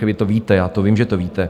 Vy to víte, já to vím, že to víte.